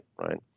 right